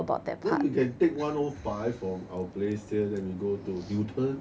you know you can take one oh five from our place here then we go to newton